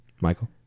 Michael